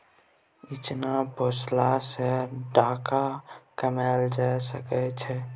इचना पोसला सँ टका कमाएल जा सकै छै